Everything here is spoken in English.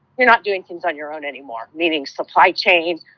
you're not doing things on your own anymore, meaning supply chain,